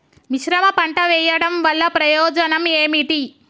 మిశ్రమ పంట వెయ్యడం వల్ల ప్రయోజనం ఏమిటి?